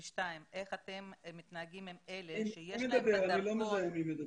שתיים, איך אתם מתנהגים עם אלה שיש להם בדרכון